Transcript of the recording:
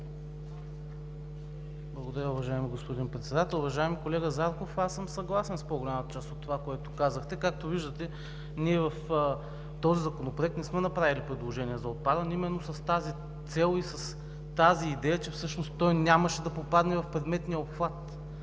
Благодаря, уважаеми господин Председател. Уважаеми колега Зарков, аз съм съгласен с по-голямата част от това, което казахте. Както виждате, ние в този законопроект не сме направили предложение за отпадане именно с тази цел и с тази идея, че всъщност той нямаше да попадне в предметния обхват